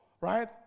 right